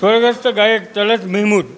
સ્વર્ગસ્થ ગાયક તલત મહેમુદ